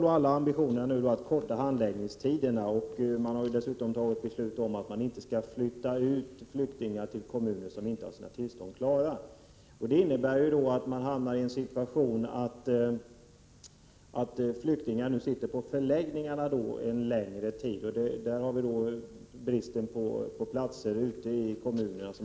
Vi har alla ambitionen att handläggningstiderna skall avkortas, och man har dessutom beslutat att inte flytta ut till kommunerna flyktingar vilkas arbetstillstånd inte är klara. Detta leder till att flyktingar kommer att sitta längre tid på förläggningarna. Till detta bidrar också bristen på platser ute i kommunerna.